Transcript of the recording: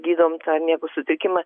gydom tą miego sutikimą